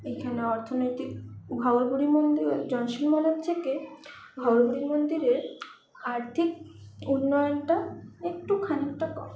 এখানে অর্থনৈতিক ঘাঘর বুড়ির মন্দির জংশন মলের থেকে ঘাঘর বুড়ি মন্দিরের আর্থিক উন্নয়নটা একটু খানিকটা কম